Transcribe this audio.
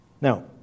Now